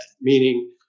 meaning